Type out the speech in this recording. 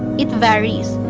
it varies.